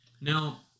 Now